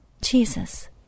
Jesus